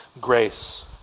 grace